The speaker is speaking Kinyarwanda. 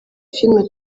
filime